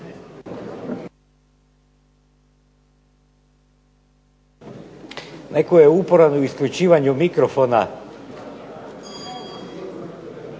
Netko je uporan u isključivanju mikrofona,